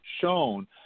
shown